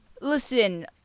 Listen